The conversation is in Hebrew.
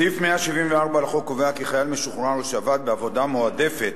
סעיף 174 לחוק קובע כי חייל משוחרר שעבד בעבודה מועדפת